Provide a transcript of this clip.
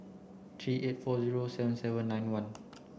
three eight four zero seven seven nine one